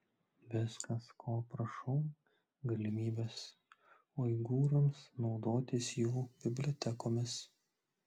viskas ko prašau galimybės uigūrams naudotis jų bibliotekomis